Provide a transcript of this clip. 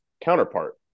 counterpart